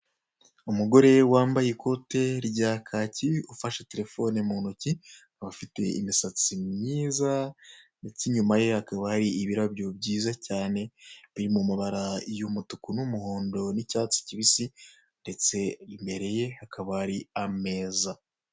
Umugore wambaye ikote rya kaki ufashe telefone mu ntoki, akaba afite imisatsi myiza ndetse inyuma ye hakaba hari ibirabyo byiza cyane, biri mu mabara y'umutuku n'umuhondo n'icyatsi kibisi ndetse imbere ye hakaba hari ameza.